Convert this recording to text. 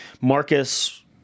Marcus